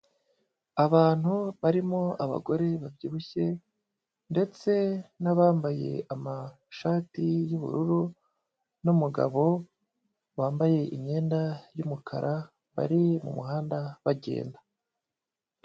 Abantu barimo abagore babyibushye ndetse n'abambaye amashati y'ubururu n'umugabo wambaye imyenda y'umukara, bari mu muhanda bagenda.